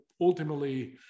ultimately